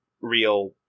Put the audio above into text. real